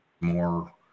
more